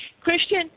Christian